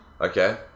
Okay